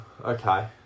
okay